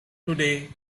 today